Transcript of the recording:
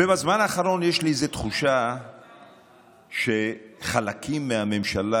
ובזמן האחרון יש לי איזו תחושה שחלקים מהממשלה